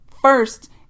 first